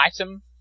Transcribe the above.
item